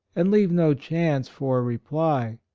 and leave no chance for a reply.